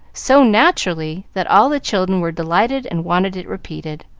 so naturally that all the children were delighted and wanted it repeated.